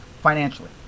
financially